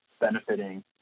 benefiting